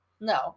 No